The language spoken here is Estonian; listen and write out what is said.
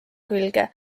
külge